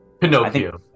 Pinocchio